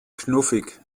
knuffig